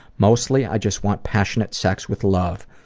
mostly i just want passionate sex with love.